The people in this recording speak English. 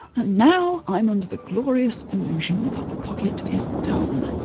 and now i'm under the glorious illusion that the pocket is done.